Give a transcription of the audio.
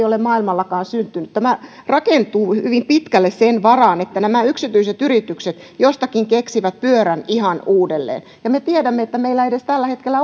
ole maailmallakaan syntynyt tämä rakentuu hyvin pitkälle sen varaan että nämä yksityiset yritykset jostakin keksivät pyörän ihan uudelleen me tiedämme että meillä ei tällä hetkellä